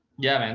yeah.